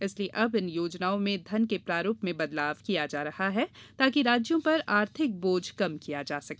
इसलिए अब इन योजनाओं में धन के प्रारूप में बदलाव किया जा रहा है ताकि राज्यों पर आर्थिक बोझ कम किया जा सके